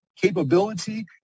capability